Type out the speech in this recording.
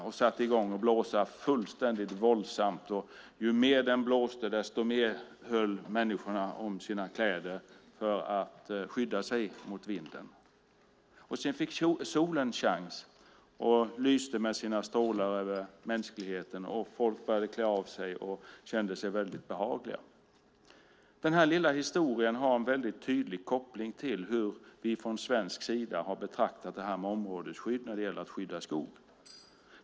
Den satte i gång att blåsa våldsamt. Ju mer den blåste desto mer höll människorna om sina kläder för att skydda sig mot vinden. Sedan fick solen chansen. Den lyste med sina strålar över mänskligheten, och folk började klä av sig och kände sig väldigt behagliga. Den här lilla historien har en tydlig koppling till hur vi från svensk sida har betraktat det här med områdesskydd när det gäller att skydda skog.